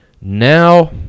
now